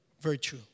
virtue